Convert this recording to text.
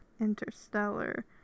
Interstellar